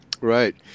Right